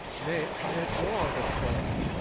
nay, i adore the fair.